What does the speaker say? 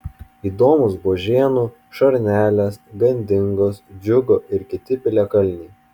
įdomūs buožėnų šarnelės gandingos džiugo ir kiti piliakalniai